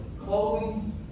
clothing